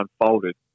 unfolded